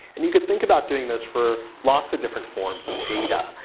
and you could think about doing this for lots of different forms of data.